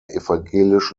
evangelisch